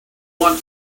want